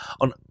on